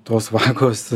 tos vagos